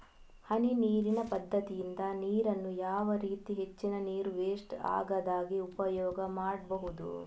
ಹನಿ ನೀರಿನ ಪದ್ಧತಿಯಿಂದ ನೀರಿನ್ನು ಯಾವ ರೀತಿ ಹೆಚ್ಚಿನ ನೀರು ವೆಸ್ಟ್ ಆಗದಾಗೆ ಉಪಯೋಗ ಮಾಡ್ಬಹುದು?